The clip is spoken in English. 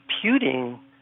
computing